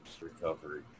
recovery